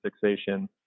fixation